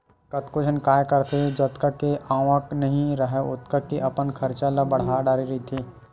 कतको झन काय करथे जतका के आवक नइ राहय ओतका के अपन खरचा ल बड़हा डरे रहिथे